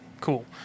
cool